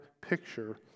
picture